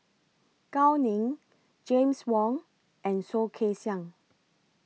Gao Ning James Wong and Soh Kay Siang